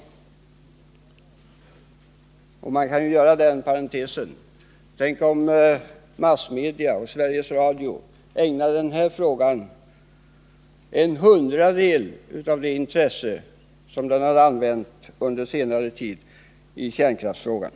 Man kan här göra följande parentes: Tänk om massmedia och Sveriges Radio ägnat den här frågan en hundradel av det intresse som de under senare tid har ägnat kärnkraftsfrågan!